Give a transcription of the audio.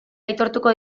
aitortuko